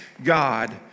God